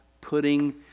putting